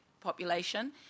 population